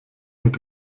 mit